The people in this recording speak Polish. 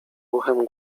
ruchem